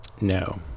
No